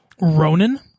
Ronan